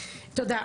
תודה.